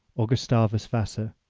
or gustavus vassa.